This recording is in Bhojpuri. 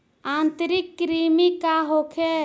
आंतरिक कृमि का होखे?